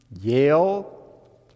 Yale